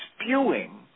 spewing